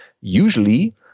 Usually